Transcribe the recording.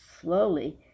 slowly